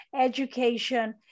education